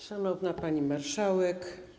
Szanowna Pani Marszałek!